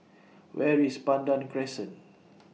Where IS Pandan Crescent